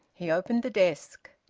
he opened the desk.